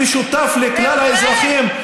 משותף לכלל האזרחים?